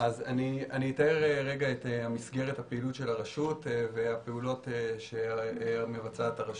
אתאר רגע את מסגרת הפעילות של הרשות והפעולות שמבצעת הרשות.